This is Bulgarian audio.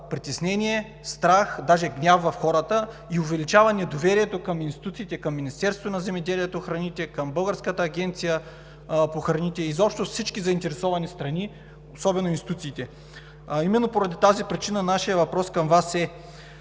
притеснения, страх, даже гняв в хората и увеличава недоверието към институциите, към Министерството на земеделието, храните и горите, към Българската агенция по безопасност на храните, изобщо към всички заинтересовани страни, особено към институциите. Именно поради тази причина нашият въпрос към Вас е: